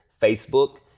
Facebook